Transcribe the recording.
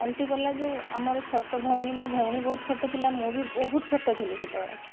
ଓଲଟି ପଡ଼ିଲା ଯୋଉ ଆମର ଛୋଟ ଭୋଉଣୀ ମୋ ଭୋଉଣୀ ବହୁତ ଛୋଟ ଥିଲା ମୁଁ ବି ବହୁତ ଛୋଟ ଥିଲି ସେତେବେଳେ